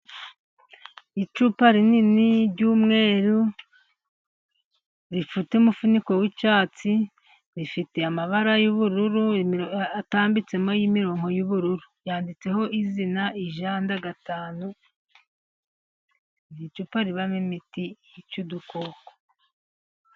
Icupa rinini ry'umweru rifite umufuniko w'icyatsi, rifite amabara y'ubururu atambitsemo y'imirongo y'ubururu yanditseho izina ijanda gatanu, ni icupa ribamo imiti yica udukoko.